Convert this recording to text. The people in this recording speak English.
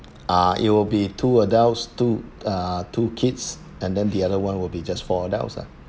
uh it'll be two adults two uh two kids and then the other one will be just for adults ah